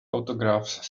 autograph